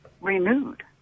renewed